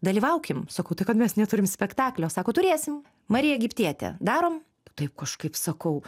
dalyvaukim sakau tai kad mes neturim spektaklio sako turėsim marija egiptietė darom taip kažkaip sakau